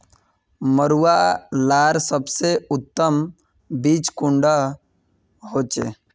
मरुआ लार सबसे उत्तम बीज कुंडा होचए?